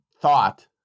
thought